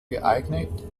geeignet